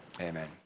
amen